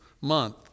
month